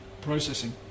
processing